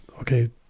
okay